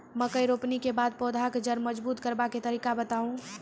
मकय रोपनी के बाद पौधाक जैर मजबूत करबा के तरीका बताऊ?